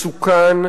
מסוכן,